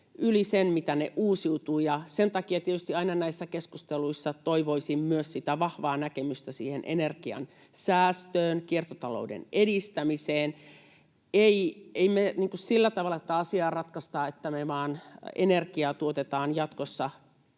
yli sen, mitä ne uusiutuvat. Sen takia tietysti aina näissä keskusteluissa toivoisin myös sitä vahvaa näkemystä siihen energian säästöön, kiertotalouden edistämiseen. Ei me sillä tavalla tätä asiaa ratkaista, että me vaan energiaa tuotetaan jatkossa